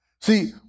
See